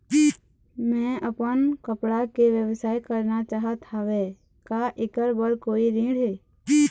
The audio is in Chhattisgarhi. मैं अपन कपड़ा के व्यवसाय करना चाहत हावे का ऐकर बर कोई ऋण हे?